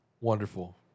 Wonderful